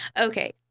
Okay